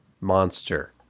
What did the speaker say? monster